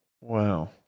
Wow